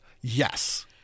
Yes